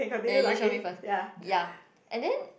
ya you show me first ya and then